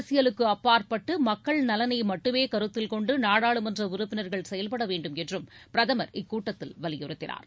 அரசியலுக்கு அப்பாற்பட்டு மக்கள் நலனை மட்டுமே கருத்தில் கொண்டு நாடாளுமன்ற உறுப்பினர்கள் செயல்பட வேண்டும் என்றும் பிரதமர் இக்கூட்டத்தில் வலியுறுத்தினார்